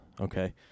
Okay